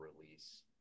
release